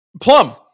Plum